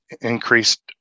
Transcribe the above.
increased